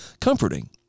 comforting